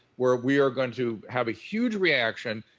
where we are going to have a huge reaction.